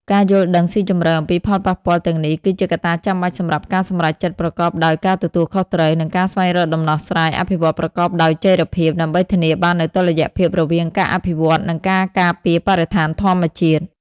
ការយល់ដឹងស៊ីជម្រៅអំពីផលប៉ះពាល់ទាំងនេះ គឺជាកត្តាចាំបាច់សម្រាប់ការសម្រេចចិត្តប្រកបដោយការទទួលខុសត្រូវ និងការស្វែងរកដំណោះស្រាយអភិវឌ្ឍន៍ប្រកបដោយចីរភាព ដើម្បីធានាបាននូវតុល្យភាពរវាងការអភិវឌ្ឍន៍ និងការការពារបរិស្ថានធម្មជាតិ។